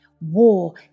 War